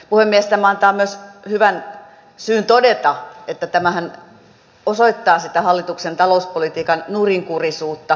tämä antaa myös hyvän syyn todeta että tämähän osoittaa sitä hallituksen talouspolitiikan nurinkurisuutta